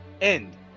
End